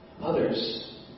others